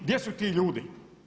Gdje su ti ljudi?